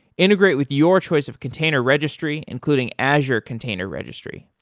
integrate with your choice of container registry, including azure container registry.